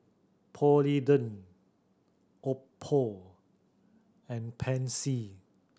Polident Oppo and Pansy